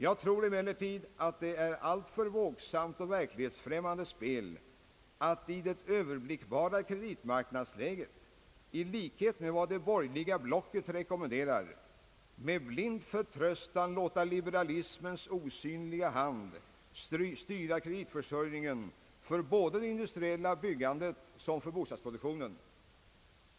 Jag tror att det är ett alltför vågsamt och verklighetsfrämmande spel att i det överblickbara kreditmarknadsläget, i likhet med vad det borgerliga blocket rekommenderar, med blind förtröstan låta liberalismens »osynliga hand» styra kreditförsörjningen både för den industriella utbyggnaden och för bostadsproduktionen.